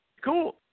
Cool